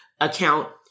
account